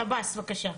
שב"ס, בקשה.